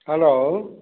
hello